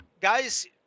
guys